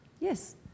Yes